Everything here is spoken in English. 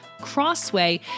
Crossway